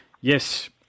Yes